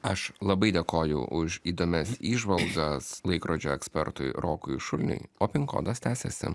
aš labai dėkoju už įdomias įžvalgas laikrodžio ekspertui rokui šuliniui o pin kodas tęsiasi